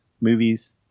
movies